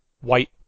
white